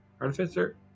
Artificer